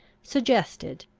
suggested.